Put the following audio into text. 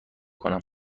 کنم